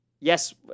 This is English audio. yes